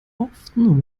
often